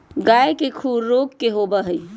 गाय के खुर रोग का होबा हई?